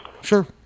Sure